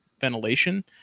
ventilation